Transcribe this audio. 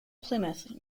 plymouth